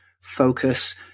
focus